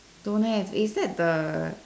don't have is that the